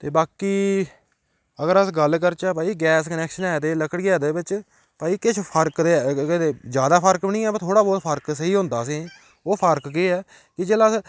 ते बाकी अगर अस गल्ल करचै भाई गैस कनैक्शन ऐ ते लकड़ियै ते बिच्च भाई किश फर्क ते ज्यादा फर्क बी निं ऐ पर थोह्ड़ा बहुत फर्क सेही होंदा असेंगी ओह् फर्क केह् ऐ कि जेल्लै अस